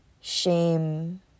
shame